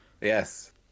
Yes